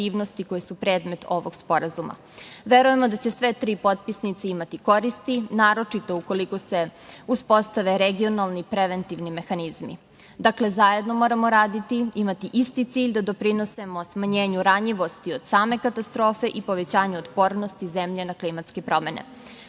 koje su predmet ovog sporazuma. Verujemo da će sve tri potpisnice imati koristi, naročito ukoliko se uspostave regionalni preventivni mehanizmi. Dakle, zajedno moramo raditi, imati isti cilj, da doprinesemo smanjenju ranjivosti od same katastrofe i povećanju otpornosti zemlje na klimatske promene. Sve